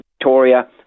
Victoria